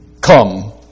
come